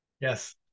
yes